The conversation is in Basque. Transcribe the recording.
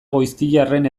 goiztiarren